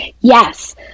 Yes